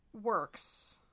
works